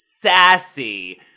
sassy